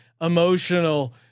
emotional